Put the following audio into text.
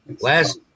last